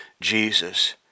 Jesus